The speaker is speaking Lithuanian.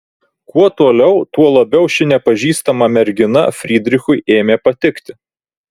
kuo toliau tuo labiau ši nepažįstama mergina frydrichui ėmė patikti